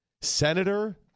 Senator